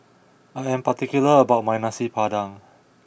I am particular about my Nasi Padang